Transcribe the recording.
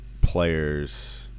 players